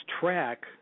track